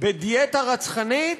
בדיאטה רצחנית,